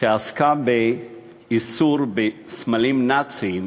שעסקה באיסור סמלים נאציים,